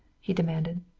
he demanded.